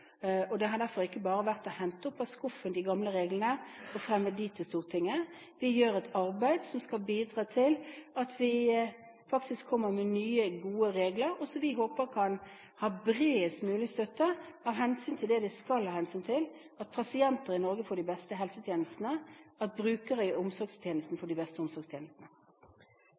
og det har derfor ikke bare vært å hente de gamle forslagene opp av skuffen og fremme dem for Stortinget. Vi gjør et arbeid som skal bidra til at vi faktisk kommer med nye, gode regler, som vi håper kan ha bredest mulig støtte av hensyn til det vi skal ta hensyn til – at pasienter i Norge får de beste helsetjenestene, og at brukere i omsorgstjenesten får de beste omsorgstjenestene.